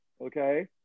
Okay